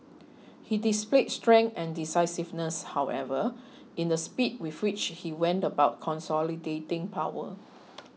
he displayed strength and decisiveness however in the speed with which he went about consolidating power